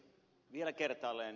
vielä kertaalleen